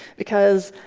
because